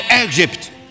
Egypt